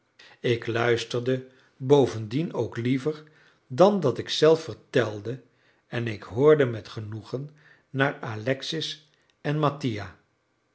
ik luisterde bovendien ook liever dan dat ik zelf vertelde en ik hoorde met genoegen naar alexis en mattia